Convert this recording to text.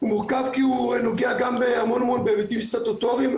כי הוא נוגע גם בהמון המון היבטים סטטוטוריים,